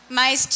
mas